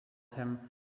him